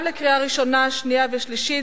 גם לקריאה ראשונה, שנייה ושלישית.